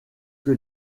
que